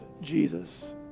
Jesus